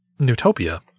newtopia